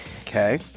Okay